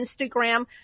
Instagram